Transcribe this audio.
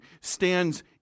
stands